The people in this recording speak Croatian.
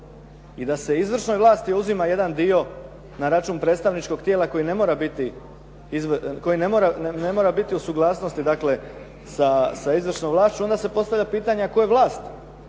i da se izvršnoj vlasti uzima jedan dio na račun predstavničkog tijela koji ne mora biti u suglasnosti, dakle sa izvršnom vlašću onda se postavlja pitanje a tko je vlast